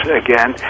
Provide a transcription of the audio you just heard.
again